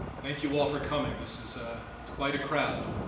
thank you all for coming. this is, it's quite a crowd.